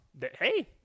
Hey